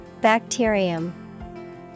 Bacterium